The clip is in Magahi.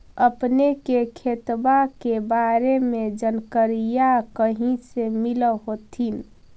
अपने के खेतबा के बारे मे जनकरीया कही से मिल होथिं न?